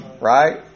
right